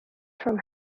from